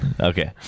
Okay